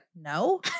no